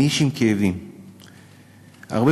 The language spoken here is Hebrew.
אני איש עם כאבים.